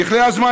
יכלה הזמן,